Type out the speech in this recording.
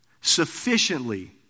sufficiently